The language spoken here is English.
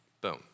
boom